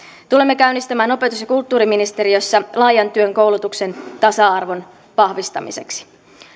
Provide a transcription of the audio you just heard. tulemme käynnistämään opetus ja kulttuuriministeriössä laajan työn koulutuksen tasa arvon vahvistamiseksi